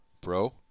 Bro